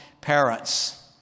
parents